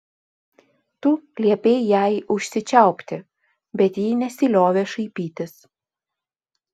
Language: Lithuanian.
tu liepei jai užsičiaupti bet ji nesiliovė šaipytis